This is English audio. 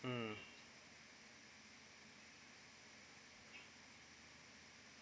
mm